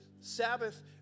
Sabbath